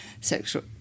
sexual